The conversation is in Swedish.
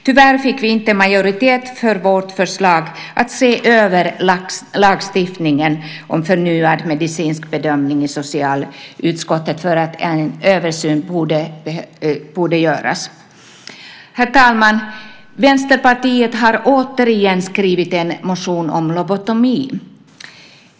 Tyvärr fick vi inte majoritet för vårt förslag att se över lagstiftningen om förnyad medicinsk bedömning i socialutskottet. En översyn borde göras. Herr talman! Vänsterpartiet har återigen väckt en motion om lobotomi.